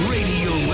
Radio